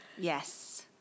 Yes